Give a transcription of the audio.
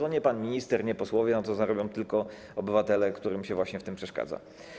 To nie pan minister, nie posłowie na to zarobią, tylko obywatele, którym się w tym przeszkadza.